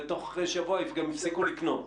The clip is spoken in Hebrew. ובתוך שבוע גם הפסיקו לקנות.